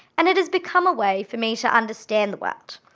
and it has become a way for me to understand the world.